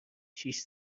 شیش